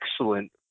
excellent